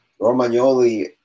Romagnoli